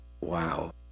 wow